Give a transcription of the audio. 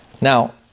Now